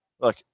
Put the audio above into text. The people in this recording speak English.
look